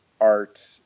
art